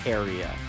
area